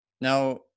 now